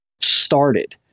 started